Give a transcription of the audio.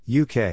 UK